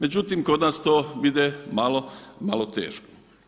Međutim, kod nas to ide malo teško.